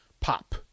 pop